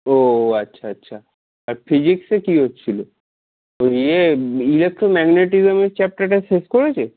ও আচ্ছা আচ্ছা আর ফিজিক্সে কি হচ্ছিলো ও ইয়ে ইলেকট্রোম্যাগনেটিজমের চ্যাপ্টারটা শেষ করেছে